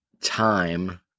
Time